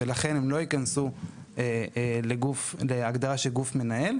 ולכן הם לא ייכנסו להגדרה של גוף מנהל,